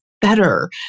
better